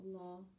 Allah